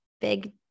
big